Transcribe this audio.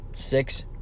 six